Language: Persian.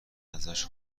ازش